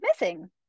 missing